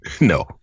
No